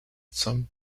some